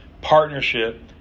partnership